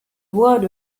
word